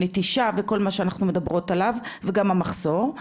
נטישה וכול מה שאנחנו מדברות עליו וגם המחסור.